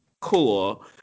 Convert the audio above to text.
Cool